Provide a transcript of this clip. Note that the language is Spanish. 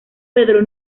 pedro